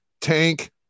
tank